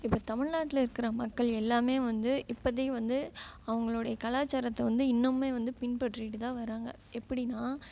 இப்போ தமிழ்நாட்டில் இருக்கிற மக்கள் எல்லாமே வந்து இப்போதிக்கி வந்து அவங்களோடைய கலாச்சாரத்தை வந்து இன்னமுமே வந்து பின்பற்றிகிட்டுதான் வராங்க எப்படினா